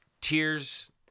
tears